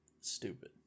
stupid